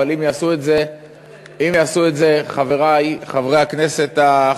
אבל אם יעשו את זה חברי חברי הכנסת החרדים,